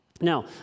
Now